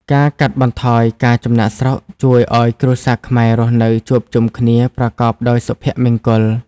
ការកាត់បន្ថយការចំណាកស្រុកជួយឱ្យគ្រួសារខ្មែររស់នៅជួបជុំគ្នាប្រកបដោយសុភមង្គល។